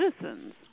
citizens